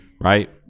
right